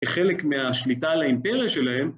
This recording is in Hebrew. וחלק מהשליטה על האימפריה שלהם